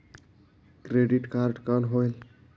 Credit card कौन होएल?